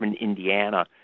Indiana